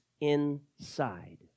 inside